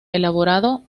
elaborado